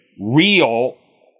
real